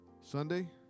Sunday